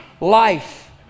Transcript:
life